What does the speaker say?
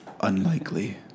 Unlikely